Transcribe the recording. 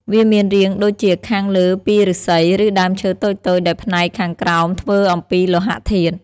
វាមានរាងដូចជាខាងលើពីឫស្សី ឬដើមឈើតូចៗ ដោយផ្នែកខាងក្រោមធ្វើអំពីលោហធាតុ។